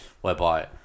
whereby